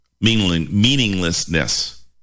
meaninglessness